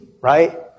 Right